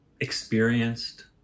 experienced